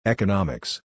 Economics